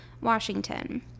Washington